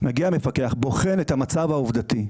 מגיע מפקח ובוחן את המצב העובדתי,